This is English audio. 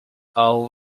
our